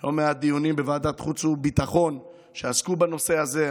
בלא מעט דיונים בוועדת החוץ וביטחון שעסקו בנושא הזה.